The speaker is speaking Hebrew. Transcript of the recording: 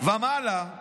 ומעלה על